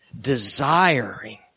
desiring